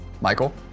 Michael